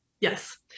Yes